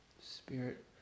Spirit